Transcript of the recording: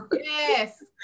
yes